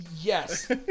Yes